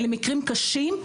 אלה מקרים קשים,